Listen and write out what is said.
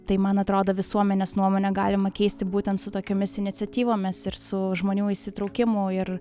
tai man atrodo visuomenės nuomonę galima keisti būtent su tokiomis iniciatyvomis ir su žmonių įsitraukimu ir